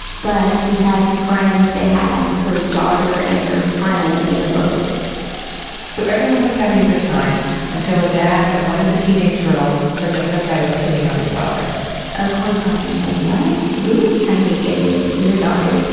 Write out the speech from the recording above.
but we had friends that had her daughter and her friend in a boat so everyone was having a good time until a dad of one of the teenage girls heard that some guy was hitting on his daughter of course, javier's like, what? who's trying to get with your ah daughter?